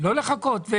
לא לחכות.